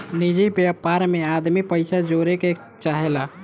निजि व्यापार मे आदमी पइसा जोड़े के चाहेला